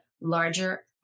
larger